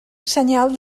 senyal